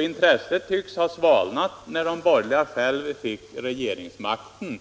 Intresset tycks ha svalnat sedan de borgerliga själva fick regeringsmakten.